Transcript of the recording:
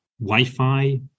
Wi-Fi